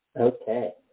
Okay